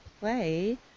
play